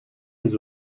les